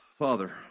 Father